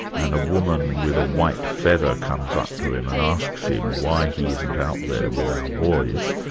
and a woman with a white feather comes up to him and asks him why he isn't out there with our boys,